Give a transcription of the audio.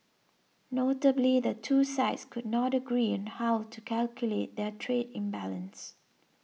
notably the two sides could not agree on how to calculate their trade imbalance